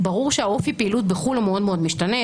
ברור שאופי הפעילות בחו"ל הוא מאוד משתנה.